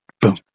boom